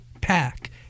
Pack